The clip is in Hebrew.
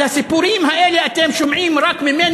על הסיפורים האלה אתם שומעים רק ממני,